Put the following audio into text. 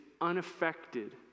unaffected